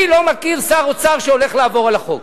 אני לא מכיר שר אוצר שהולך לעבור על החוק.